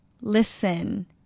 listen